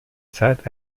zeit